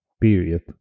period